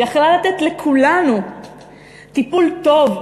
שיכלה לתת לכולנו טיפול טוב,